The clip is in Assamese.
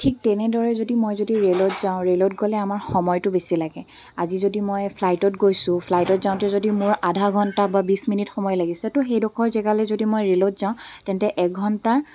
ঠিক তেনেদৰে যদি মই যদি ৰে'লত যাওঁ ৰে'লত গ'লে আমাৰ সময়টো বেছি লাগে আজি যদি মই ফ্লাইটত গৈছোঁ ফ্লাইটত যাওঁতে যদি মোৰ আধা ঘণ্টা বা বিছ মিনিট সময় লাগিছে তো সেইডোখৰ জেগালৈ যদি মই ৰে'লত যাওঁ তেন্তে এক ঘণ্টাৰ